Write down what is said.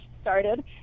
started